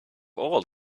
all